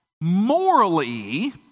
morally